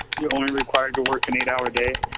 you're only required to work an eight-hour day.